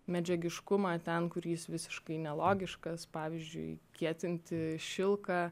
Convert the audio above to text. medžiagiškumą ten kur jis visiškai nelogiškas pavyzdžiui kietinti šilką